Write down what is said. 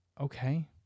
okay